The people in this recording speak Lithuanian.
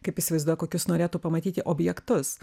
kaip įsivaizduoja kokius norėtų pamatyti objektus